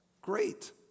great